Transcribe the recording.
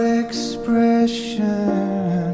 expression